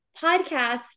podcast